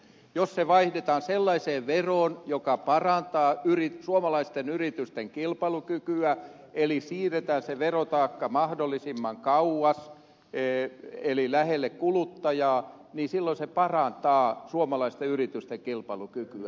jos se vaihdetaan sellaiseen veroon joka parantaa suomalaisten yritysten kilpailukykyä eli siirretään se verotaakka mahdollisimman kauas eli lähelle kuluttajaa niin silloin se parantaa suomalaisten yritysten kilpailukykyä